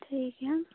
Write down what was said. ठीक है